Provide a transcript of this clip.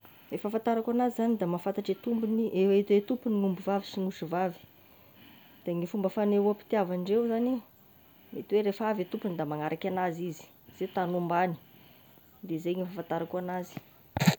Ny fahafantarako anazy zany da mahafatatry tompony ny ombivavy sy osivavy, de ny fomba fanehoam-pitiavan-dreo zany, mety oe rehefa avy e tompony da magnaraky anazy izy, zay tany ombany, de zeigny fahafantarako anazy.